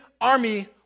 army